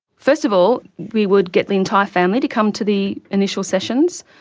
first of all we would get the entire family to come to the initial sessions.